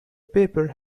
paper